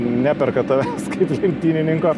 neperka tavęs kaip lenktynininko